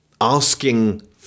Asking